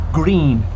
green